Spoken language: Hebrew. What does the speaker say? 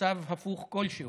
מצב הפוך כלשהו,